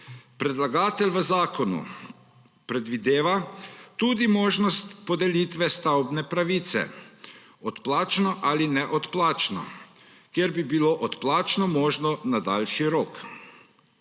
Predlagatelj v zakonu predvideva tudi možnost podelitve stavbne pravice, odplačno ali neodplačno, kjer bi bilo odplačno možno na daljši rok.